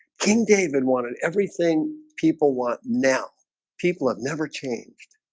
king david wanted everything people want now people have never changed